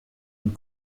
und